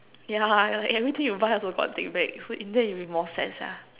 yeah like everything you buy also got take back so in the end you will be more sad sia